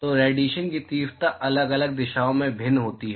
तो रेडिएशन की तीव्रता अलग अलग दिशाओं में भिन्न होती है